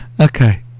Okay